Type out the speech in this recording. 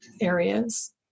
areas